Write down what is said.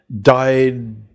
died